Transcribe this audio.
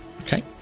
Okay